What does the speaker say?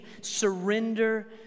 surrender